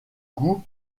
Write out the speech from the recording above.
goût